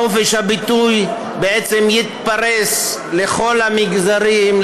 חופש הביטוי יתפרס לכל המגזרים,